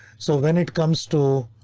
so when it comes to.